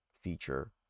feature